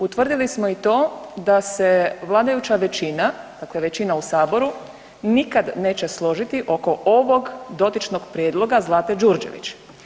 Utvrdili smo i to da se vladajuća većina, dakle većina u Saboru nikad neće složiti oko ovog dotičnog prijedloga Zlate Đurđević.